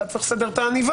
אתה צריך לסדר עניבה,